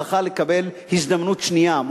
זכה לקבל הזדמנות שנייה,